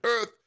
earth